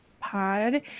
pod